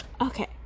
okay